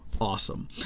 awesome